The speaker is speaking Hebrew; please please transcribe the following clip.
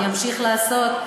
אמשיך לעשות.